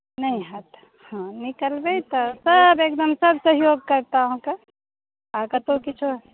नहि हैत हँ निकलबै तऽ सभ एकदम सभ सहयोग करता अहाँकेँ आ कतहु किछो